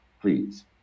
please